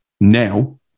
now